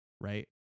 right